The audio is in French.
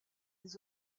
des